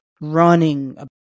running